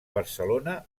barcelona